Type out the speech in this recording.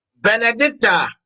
Benedicta